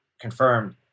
confirmed